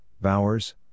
Bowers